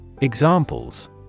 Examples